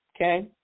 Okay